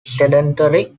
sedentary